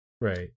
right